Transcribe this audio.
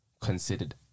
considered